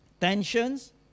tensions